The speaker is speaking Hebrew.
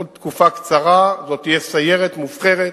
עוד תקופה קצרה ועוד תהיה סיירת מובחרת,